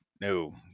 no